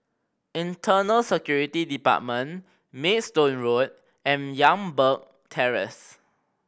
Internal Security Department Maidstone Road and Youngberg Terrace